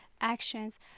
Actions